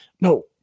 No